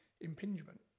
impingement